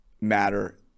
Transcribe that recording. matter